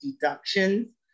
deductions